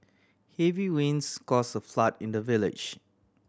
heavy rains cause a flood in the village